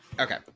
Okay